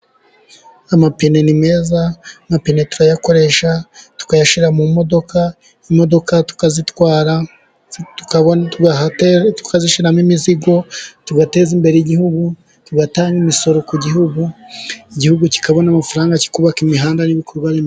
Amapine ni meza, amapine turayakoresha, tukayashyira mu modoka, imodoka tukazitwara, tukazishyiramo imizigo, tugateza imbere igihugu, tugatanga imisoro ku gihugu, igihugu kikabona amafaranga kikubaka imihanda n'ibikorwa reme....